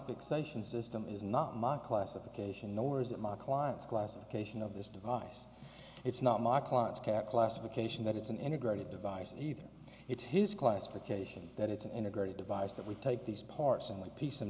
fixation system is not my classification nor is it my client's classification of this device it's not my client's cat classification that it's an integrated device either it's his classification that it's an integrated device that we take these parts and